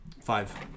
five